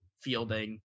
fielding